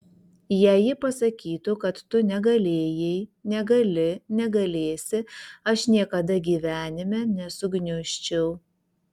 jei ji pasakytų kad tu negalėjai negali negalėsi aš niekada gyvenime nesugniužčiau